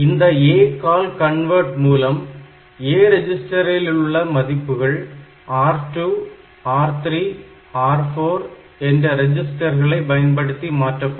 இந்த ACALL CONVERT மூலம் A ரிஜிஸ்டரில் உள்ள மதிப்புகள் R2 R3 R4 என்ற ரிஜிஸ்டர்களை பயன்படுத்தி மாற்றப்படும்